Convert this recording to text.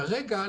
כרגע,